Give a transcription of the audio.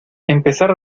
empezar